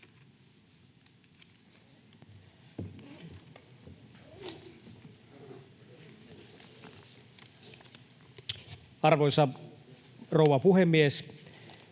Arvoisa rouva puhemies!